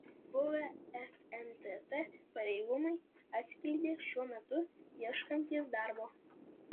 buvę fntt pareigūnai atskleidė šiuo metu ieškantys darbo